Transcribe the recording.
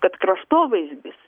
kad kraštovaizdis